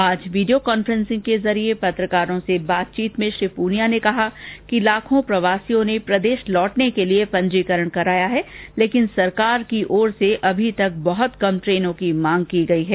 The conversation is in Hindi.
आज वीडियो कांफेसिंग के जरिए पत्रकारों से बातचीत में श्री पूनिया ने कहा कि लाखों प्रवासियों ने प्रदेश लौटने के लिए पंजीकरण कराया है लेकिन सरकार की ओर से अभी तक बहुत कम ट्रेनों की मांग की गयी है